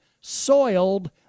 soiled